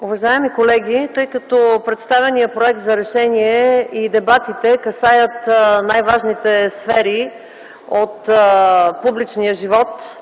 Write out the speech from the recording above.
Уважаеми колеги, тъй като представеният Проект за решение и дебатите касаят най-важните сфери от публичния живот,